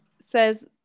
says